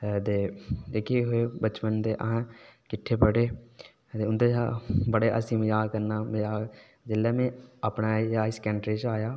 ते जेह्के बचपन दे अस किठ्ठे पढे़ ते उं'दे कन्नै बड़ा हस्सी मजाक करना जेल्लै में अपने हाई सकैंडरी च आया